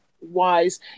wise